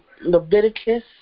Leviticus